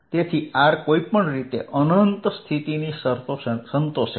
તેથી r કોઈપણ રીતે અનંત સ્થિતિની શરતો સંતોષે છે